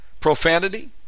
profanity